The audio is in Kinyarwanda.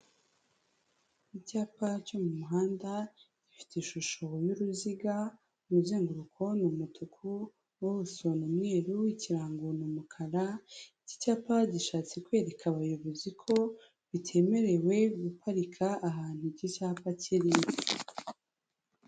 Icyapa cyo mu muhanda gifite ishusho y'uruziga, umuzenguruko ni umutuku, ubuso ni umweru, ikirango ni umukara, iki cyapa gishatse kwereka abayobozi ko bitemerewe guparika ahantu iki cyapa kiri.